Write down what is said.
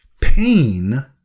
Pain